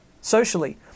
socially